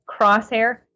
crosshair